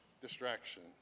distraction